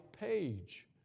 page